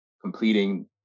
completing